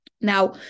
Now